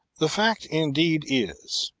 the fact indeed is,